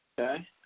Okay